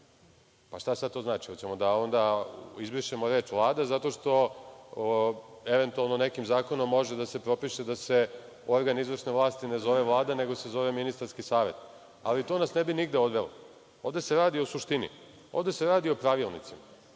Šta to sad znači? Hoćemo li onda da izbrišemo reč Vlada zato što eventualno nekim zakonom može da se propiše da se organ izvršne vlasti ne zove Vlada nego se zove Ministarski savet. Ali, to nas ne bi nigde odvelo, ovde se radi o suštini. Ovde se radi o pravilnicima.